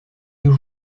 deux